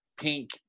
Pink